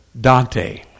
Dante